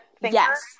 yes